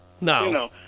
no